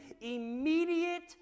immediate